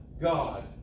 God